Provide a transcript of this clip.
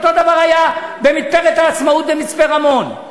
אותו דבר היה במתפרת "העצמאות" במצפה-רמון,